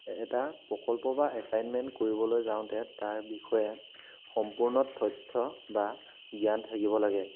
এটা প্ৰকল্প বা এছাইনমেণ্ট কৰিবলৈ যাওঁতে তাৰ বিষয়ে সম্পূৰ্ণ তথ্য বা জ্ঞান থাকিব লাগে